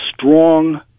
strong